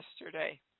yesterday